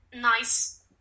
nice